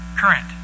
current